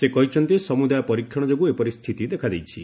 ସେ କହିଛନ୍ତି ସମୁଦାୟ ପରୀକ୍ଷଣ ଯୋଗୁଁ ଏପରି ସ୍ଥିତି ଦେଖାଦେଇଛି